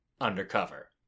undercover